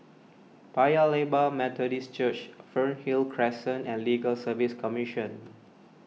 Paya Lebar Methodist Church Fernhill Crescent and Legal Service Commission